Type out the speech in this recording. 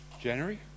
January